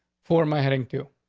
for my heading to.